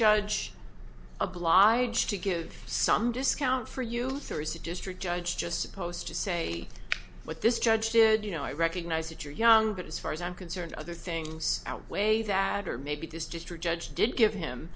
judge obliged to give some discount for you there is a district judge just supposed to say what this judge did you know i recognize that you're young but as far as i'm concerned other things outweigh that or maybe this district judge did give him